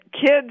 kids